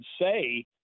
say